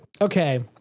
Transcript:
Okay